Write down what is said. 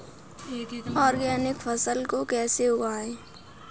Organic फसल को कैसे उगाएँ?